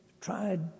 tried